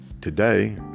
today